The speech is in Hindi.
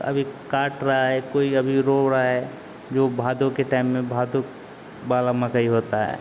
अभी काट रहा है कोई अभी रो रहा है जो भादों के टाइम में भादों वाला मकई होता है